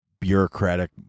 bureaucratic